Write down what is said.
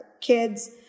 kids